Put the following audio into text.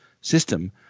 system